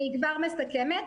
אני כבר מסכמת.